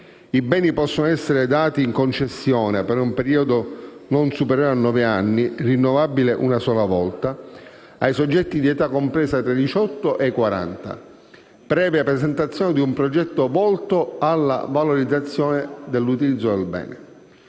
I beni possono essere dati in concessione, per un periodo non superiore a nove anni, rinnovabile una sola volta, ai soggetti di età compresa tra i diciotto e i quarant'anni, previa presentazione di un progetto volto alla valorizzazione dell'utilizzo del bene.